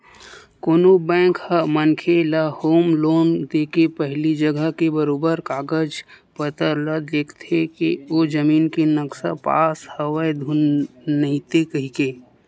कोनो बेंक ह मनखे ल होम लोन देके पहिली जघा के बरोबर कागज पतर ल देखथे के ओ जमीन के नक्सा पास हवय धुन नइते कहिके